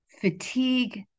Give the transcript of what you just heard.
fatigue